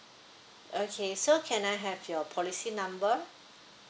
okay so can I have your policy number